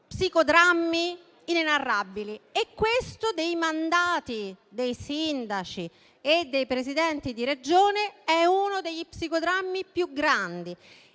psicodrammi inenarrabili. Questo dei mandati dei sindaci e dei presidenti di Regione è uno degli psicodrammi più grandi.